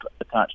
attached